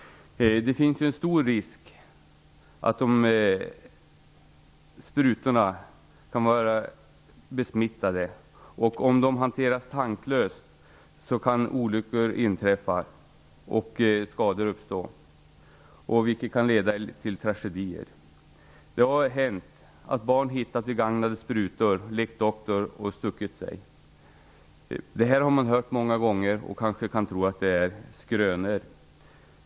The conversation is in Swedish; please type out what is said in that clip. Det finns en stor risk att sprutorna kan vara besmittade. Om de hanteras tanklöst kan olyckor inträffa och skador uppstå, vilket kan leda till tragedier. Det har hänt att barn har hittat begagnade sprutor, lekt doktor och stuckit sig. Detta har man hört många gånger och kanske kan tro att det är skrönor.